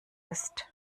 ist